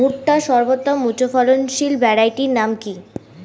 ভুট্টার সর্বোত্তম উচ্চফলনশীল ভ্যারাইটির নাম কি?